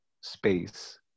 space